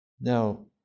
Now